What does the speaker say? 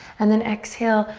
and then exhale,